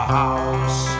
house